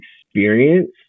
experience